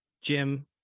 Jim